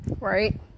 Right